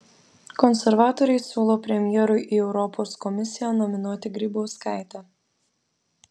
konservatoriai siūlo premjerui į europos komisiją nominuoti grybauskaitę